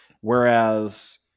Whereas